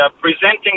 presenting